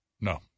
No